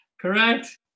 Correct